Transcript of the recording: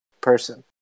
person